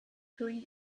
green